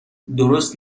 درست